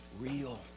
real